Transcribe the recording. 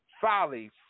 folly